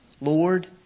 Lord